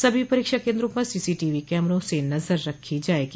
सभी परीक्षा केन्द्रों पर सीसी टीवी कैमरों से नजर रखी जायेगी